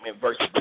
versus